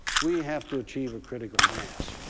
we have to achieve a critical mass.